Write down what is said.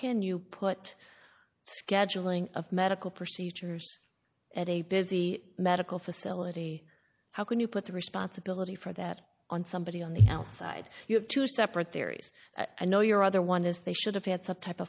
can you put scheduling of medical procedures at a busy medical facility how can you put the responsibility for that on somebody on the outside you have to separate their ease and know your other one is they should have had some type